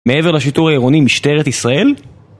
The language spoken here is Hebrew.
מעבר לשיטור העירוני משטרת ישראל?